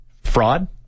fraud